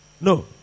no